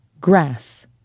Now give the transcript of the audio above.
Grass